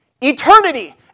eternity